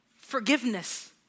forgiveness